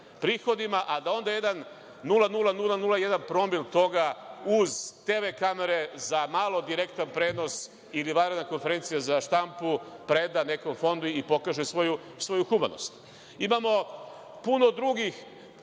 nula, nula, jedan promil toga uz tv kamere za malo direktan prenos ili vanredna konferencija za štampu preda nekom fondu i pokaže svoju humanost. Imamo puno drugih